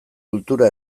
kultura